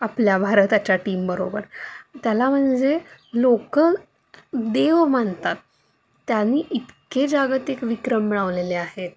आपल्या भारताच्या टीमबरोबर त्याला म्हणजे लोकं देव मानतात त्याने इतके जागतिक विक्रम मिळवलेले आहेत